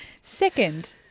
Second